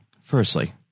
Firstly